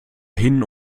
hin